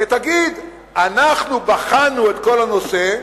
ותגיד: אנחנו בחנו את כל הנושא,